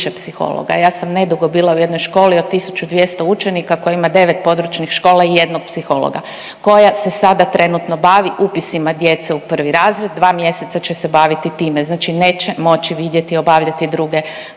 Ja sam nedugo bila u jednoj školi od tisuću 200 učenika koji ima 9 područnih škola i jednog psihologa, koja se sada trenutno bavi upisima djece u 1. razred. Dva mjeseca će se baviti time, znači neće moći vidjeti i obavljati druge